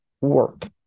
Work